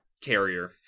carrier